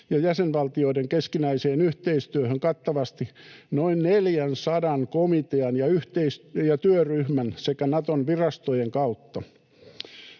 ja jäsenvaltioiden keskinäiseen yhteistyöhön kattavasti noin neljänsadan komitean ja työryhmän sekä Naton virastojen kautta.